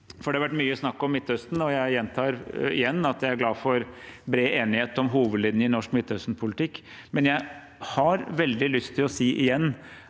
det har vært mye snakk om Midtøsten. Jeg gjentar igjen at jeg er glad for bred enighet om hovedlinjene i norsk Midtøstenpolitikk, men jeg har veldig lyst til å si igjen